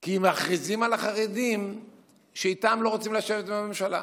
כי מכריזים על החרדים שאיתם לא רוצים לשבת בממשלה.